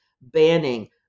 banning